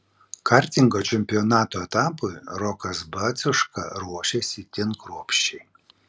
kartingo čempionato etapui rokas baciuška ruošėsi itin kruopščiai